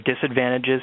disadvantages